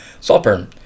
*Saltburn*